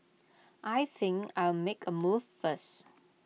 I think I'll make A move first